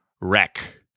wreck